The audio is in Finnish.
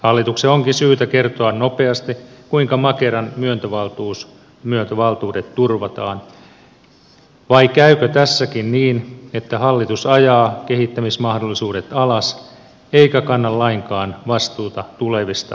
hallituksen onkin syytä kertoa nopeasti kuinka makeran myöntövaltuudet turvataan vai käykö tässäkin niin että hallitus ajaa kehittämismahdollisuudet alas eikä kanna lainkaan vastuuta tulevista vuosista